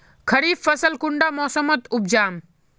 खरीफ फसल कुंडा मोसमोत उपजाम?